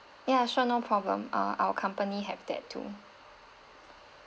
ya sure no problem uh our company have that too